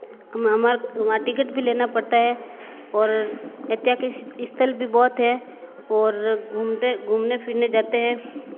हमारा टिकिट भी लेना पड़ता है और इत्यादि के स्थल भी बहुत है और घूमते घूमने फिरने जाते हैं